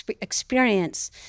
experience